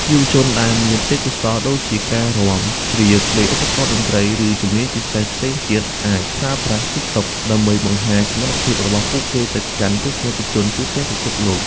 យុវជនដែលមានទេពកោសល្យដូចជាការរាំ ច្រៀង លេងឧបករណ៍តន្ត្រី ឬជំនាញពិសេសផ្សេងទៀត អាចប្រើប្រាស់ TikTok ដើម្បីបង្ហាញសមត្ថភាពរបស់ពួកគេទៅកាន់ទស្សនិកជនទូទាំងពិភពលោក។